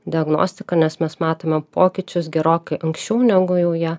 diagnostiką nes mes matome pokyčius gerokai anksčiau negu jau jie